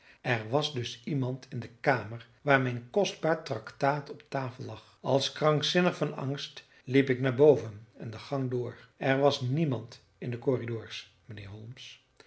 er was dus iemand in de kamer waar mijn kostbaar tractaat op tafel lag als krankzinnig van angst liep ik naar boven en de gang door er was niemand in de corridors mijnheer holmes